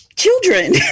Children